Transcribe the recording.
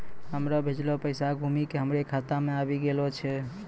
हमरो भेजलो पैसा घुमि के हमरे खाता मे आबि गेलो छै